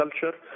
culture